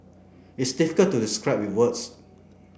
it's difficult to describe with words